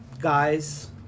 guys